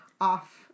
off